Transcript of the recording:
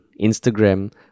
Instagram